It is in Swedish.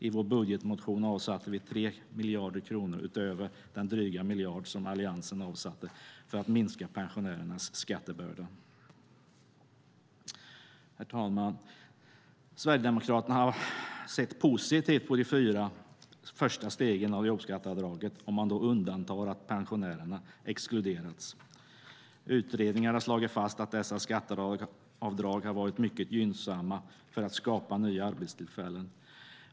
I vår budgetmotion avsatte vi 3 miljarder kronor utöver den dryga miljard som Alliansen avsatte för att minska pensionärernas skattebörda. Herr talman! Sverigedemokraterna har sett positivt på de fyra första stegen av jobbskatteavdraget om man då undantar att pensionärerna exkluderats. Utredningar har slagit fast att dessa skatteavdrag har varit mycket gynnsamma för att skapa nya arbetstillfällen.